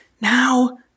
Now